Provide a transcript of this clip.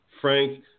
Frank